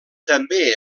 també